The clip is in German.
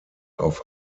auf